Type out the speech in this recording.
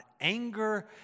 anger